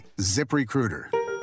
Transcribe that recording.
ZipRecruiter